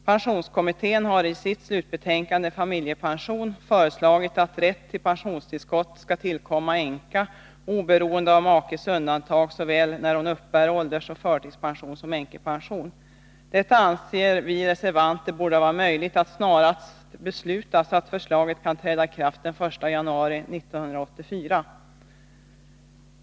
Pensionskommittén har i sitt slutbetänkande Familjepension föreslagit att rätt till pensionstillskott skall tillkomma änka oberoende av makes undantag såväl när hon uppbär åldersoch förtidspension som änkepension. Detta anser vi reservanter borde vara möjligt att snarast besluta, så att förslaget kan träda i kraft den 1 januari 1984.